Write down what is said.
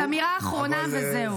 אז אמירה אחרונה וזהו.